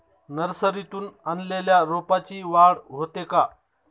नर्सरीतून आणलेल्या रोपाची वाढ होते का?